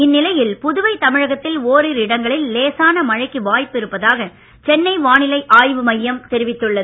இந்நிலையில் புதுவை தமிழகத்தில் ஒரிரு இடங்களில் லேசான மழைக்கு வாய்ப்பு இருப்பதாக சென்னை வானிலை ஆய்வுமையம் தெரிவித்துள்ளது